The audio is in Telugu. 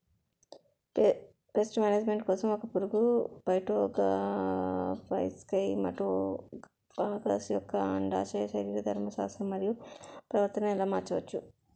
పేస్ట్ మేనేజ్మెంట్ కోసం ఒక పురుగు ఫైటోఫాగస్హె మటోఫాగస్ యెక్క అండాశయ శరీరధర్మ శాస్త్రం మరియు ప్రవర్తనను ఎలా మార్చచ్చు?